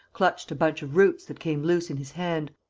clutched a bunch of roots that came loose in his hand,